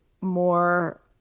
more